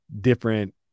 different